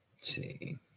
see